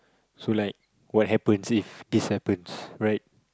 so like what happens if this happens right